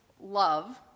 Love